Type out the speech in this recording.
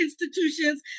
institutions